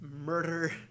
murder